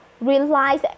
realize